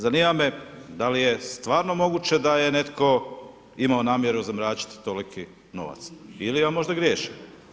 Zanima me, da li je stvarno moguće da je netko imao namjeru zamračiti toliki novac ili ja možda griješim?